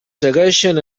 segueixen